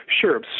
Sure